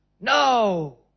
No